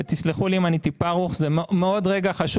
ותסלחו לי אם אני טיפה ארוך, זה מאוד חשוב.